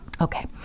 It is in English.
okay